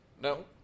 No